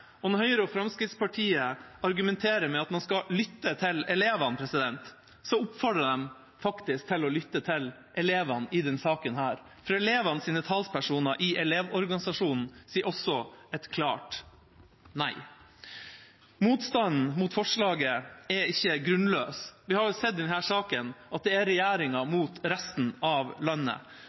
Når Høyre og Fremskrittspartiet argumenterer med at man skal lytte til elevene, oppfordrer jeg dem faktisk til å lytte til elevene i denne saken, for elevenes talspersoner i Elevorganisasjonen sier også et klart nei. Motstanden mot forslaget er ikke grunnløs. Vi har sett i denne saken at det er regjeringa mot resten av landet.